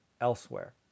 elsewhere